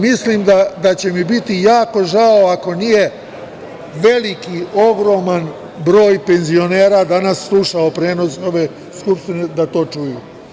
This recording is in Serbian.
Mislim da će mi biti jako žao, ako nije veliki, ogroman broj penzionera danas slušao prenos ove Skupštine da to čuju.